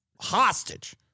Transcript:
hostage